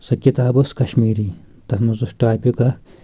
سۄ کِتاب اوس کشمیٖری تَتھ منٛز اوس ٹاپِک اکھ